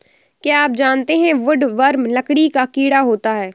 क्या आप जानते है वुडवर्म लकड़ी का कीड़ा होता है?